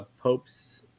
Pope's